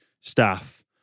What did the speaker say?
staff